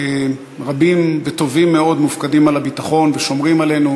רבים וטובים מאוד מופקדים על הביטחון ושומרים עלינו.